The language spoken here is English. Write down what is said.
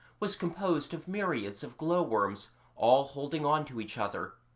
was composed of myriads of glow-worms all holding on to each other,